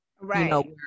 Right